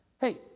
hey